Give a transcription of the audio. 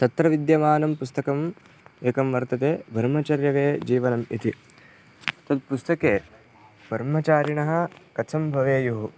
तत्र विद्यमानं पुस्तकम् एकं वर्तते ब्रह्मचर्यवत जीवनम् इति तत् पुस्तके भर्मचारिणः कथं भवेयुः